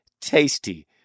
tasty